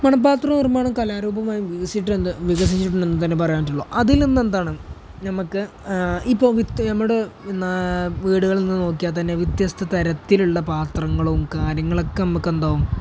മൺപാത്രം നിർമ്മാണം കലാരൂപമായി വികസിച്ചിട്ട് എന്താ വികസിച്ചിട്ടുണ്ടെന്നുതന്നെ പറയാൻ പറ്റുള്ളൂ അതിൽ നിന്നെന്താണ് നമ്മൾക്ക് ഇപ്പോൾ വിത്ത് നമ്മളുടെ പിന്നേ വീടുകളിൽ നിന്ന് നോക്കിയാൽ തന്നെ വ്യത്യസ്ത തരത്തിലുള്ള പാത്രങ്ങളും കാര്യങ്ങളൊക്കെ നമുക്കെന്താവും